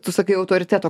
tu sakai autoriteto